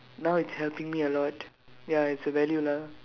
now it's helping me a lot ya it's a value lah